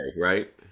right